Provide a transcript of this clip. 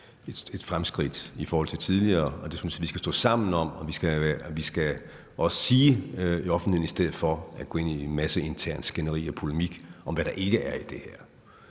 et fremskridt i forhold til tidligere, og det synes jeg vi skal stå sammen om. Og vi skal også sige det i offentligheden i stedet for at gå ind i en masse interne skænderier og polemik om, hvad der ikke er i det her.